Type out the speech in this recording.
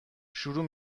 شروع